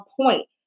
point